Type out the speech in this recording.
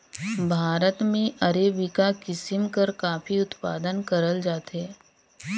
भारत में अरेबिका किसिम कर काफी उत्पादन करल जाथे